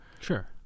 Sure